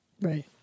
Right